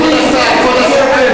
כבוד השר,